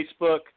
Facebook